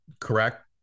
correct